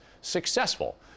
successful